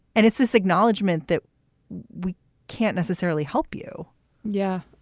and it's this acknowledgement that we can't necessarily help you yeah,